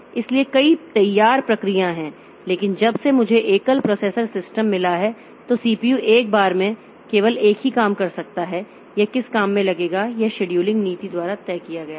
इसलिए कई तैयार प्रक्रियाएं हैं लेकिन जब से मुझे एकल प्रोसेसर सिस्टम मिला है तो सीपीयू एक बार में केवल एक ही काम कर सकता है कि यह किस काम में लगेगा यह शेड्यूलिंग नीति द्वारा तय किया गया है